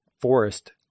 forest